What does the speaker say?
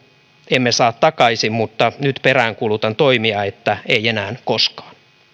emme saa takaisin mutta nyt peräänkuulutan toimia ei enää koskaan tällaista